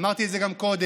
אמרתי את זה גם קודם,